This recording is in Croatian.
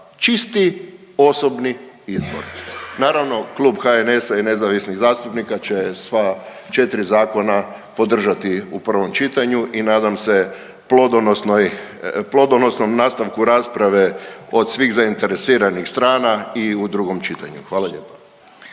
Čisti osobni izbor. Naravno, Klub HNS-a i nezavisnih zastupnika će sva 4 zakona podržati u prvom čitanju i nadam se plodonosnom nastavku rasprave od svih zainteresiranih strana i u drugom čitanju. Hvala lijepa.